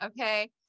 Okay